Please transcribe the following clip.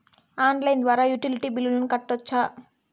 Online ద్వారా utility బిల్లులను కట్టొచ్చా?